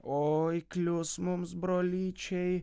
oi klius mums brolyčiai